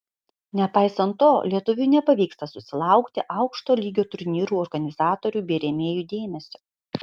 nepaisant to lietuviui nepavyksta susilaukti aukšto lygio turnyrų organizatorių bei rėmėjų dėmesio